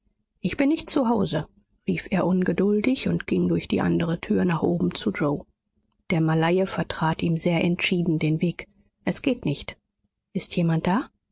ich bin nicht zu hause rief er ungeduldig und ging durch die andere tür nach oben zu yoe der malaie vertrat ihm sehr entschieden den weg es geht nicht ist jemand da